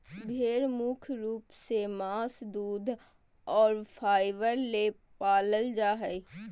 भेड़ मुख्य रूप से मांस दूध और फाइबर ले पालल जा हइ